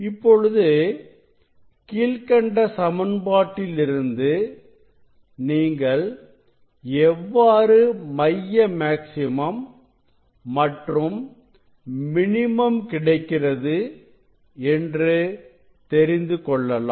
இப்பொழுது கீழ்க்கண்ட சமன்பாட்டில் இருந்து நீங்கள் எவ்வாறு மைய மேக்ஸிமம் மற்றும் மினிமம் கிடைக்கிறது என்று தெரிந்துகொள்ளலாம்